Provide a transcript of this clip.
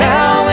Now